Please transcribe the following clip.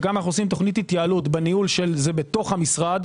וגם אנחנו עושים התייעלות - זה בתוך המשרד,